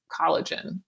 collagen